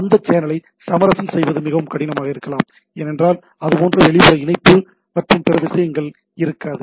அந்த சேனலை சமரசம் செய்வது மிகவும் கடினமாக இருக்கலாம் ஏனென்றால் அது போன்ற வெளிப்புற இணைப்பு மற்றும் பிற விஷயங்கள் இருக்காது